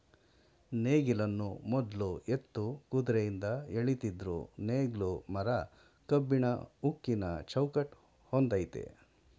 ನೇಗಿಲನ್ನು ಮೊದ್ಲು ಎತ್ತು ಕುದ್ರೆಯಿಂದ ಎಳಿತಿದ್ರು ನೇಗ್ಲು ಮರ ಕಬ್ಬಿಣ ಉಕ್ಕಿನ ಚೌಕಟ್ ಹೊಂದಯ್ತೆ